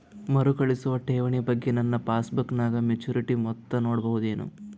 ಮರುಕಳಿಸುವ ಠೇವಣಿ ಬಗ್ಗೆ ನನ್ನ ಪಾಸ್ಬುಕ್ ನಾಗ ಮೆಚ್ಯೂರಿಟಿ ಮೊತ್ತ ನೋಡಬಹುದೆನು?